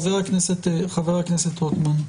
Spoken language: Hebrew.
חבר הכנסת רוטמן,